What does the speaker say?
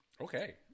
Okay